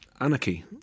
anarchy